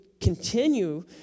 continue